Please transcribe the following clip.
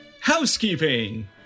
housekeeping